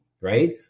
right